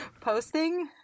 Posting